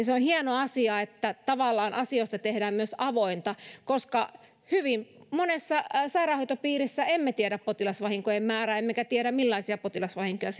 se on hieno asia että tavallaan asioista tehdään myös avoimia koska hyvin monessa sairaanhoitopiirissä emme tiedä potilasvahinkojen määrää emmekä tiedä millaisia potilasvahinkoja